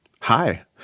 Hi